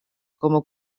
como